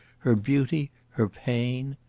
her beauty, her pain.